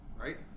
right